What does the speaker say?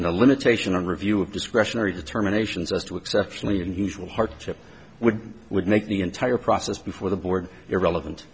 a limitation on review of discretionary determinations as to exceptionally unusual heart chip would would make the entire process before the board irrelevant